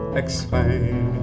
explain